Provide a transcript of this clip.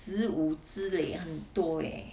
十五支 leh 很多 leh